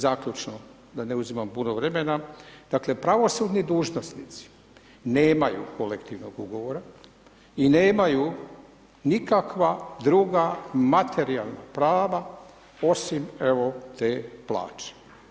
Zaključno, da ne uzimam puno vremena, dakle pravosudni dužnosnici nemaju kolektivnog ugovora i nemaju nikakva druga materijalna prava osim evo te plaće.